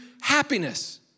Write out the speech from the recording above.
happiness